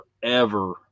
forever